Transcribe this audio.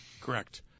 correct